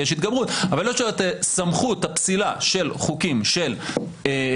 כי יש התגברות אבל לו את סמכות הפסילה של חוקים של הפרלמנט,